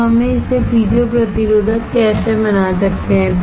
अब हम इसे पीजो प्रतिरोधक कैसे बना सकते हैं